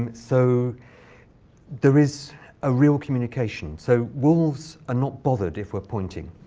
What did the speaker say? um so there is a real communication. so wolves are not bothered if we're pointing,